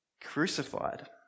crucified